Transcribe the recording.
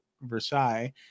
Versailles